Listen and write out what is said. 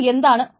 അത് എന്താണ്